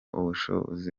ubushobozi